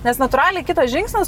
nes natūraliai kitas žingsnis